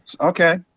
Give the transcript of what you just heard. okay